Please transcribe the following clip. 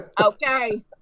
Okay